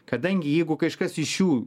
kadangi jeigu kažkas iš jų